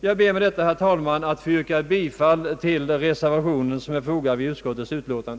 Jag ber med detta, herr talman, att få yrka bifall till den reservation som är fogad till utskottets utlåtande.